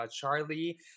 Charlie